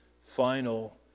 final